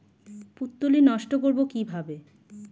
পুত্তলি নষ্ট করব কিভাবে?